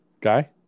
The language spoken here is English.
Guy